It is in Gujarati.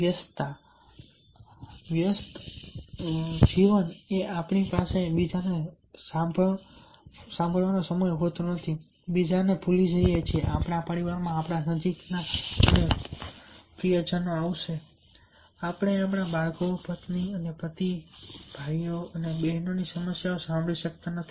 વ્યસ્તતા માં આપણી પાસે બીજાને સાંભળવાનો સમય નથી હોતો બીજાને ભૂલી જઈએ છીએ આપણા પરિવારમાં આપણા નજીકના અને પ્રિયજનો પણ આપણે આપણાં બાળકો પત્ની અને પતિ ભાઈઓ અને બહેનોની સમસ્યાઓ સાંભળી શકતા નથી